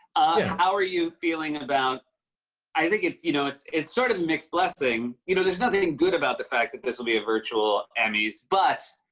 how are you feeling about i think it's, you know it's it's sort of a mixed blessing you know there's nothing good about the fact that this will be a virtual emmys, but,